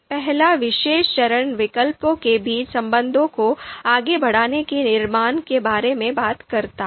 पहला विशेष चरण विकल्पों के बीच संबंधों को आगे बढ़ाने के निर्माण के बारे में बात करता है